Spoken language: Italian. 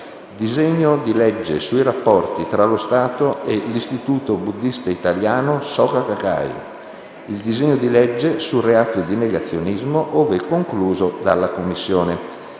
disegno di legge sui rapporti tra lo Stato e l'Istituto buddista italiano Soka Gakkai; il disegno di legge sul reato di negazionismo, ove concluso dalla Commissione.